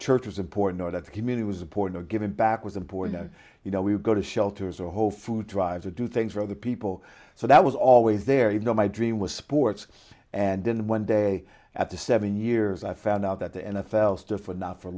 church was important or that community was important to giving back was important to you know we go to shelters a whole food drive to do things for other people so that was always there you know my dream was sports and then one day at the seven years i found out that the n f l stood for not for